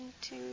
two